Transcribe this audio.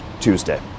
Tuesday